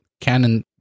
Canon